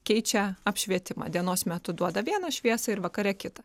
keičia apšvietimą dienos metu duoda vieną šviesą ir vakare kitą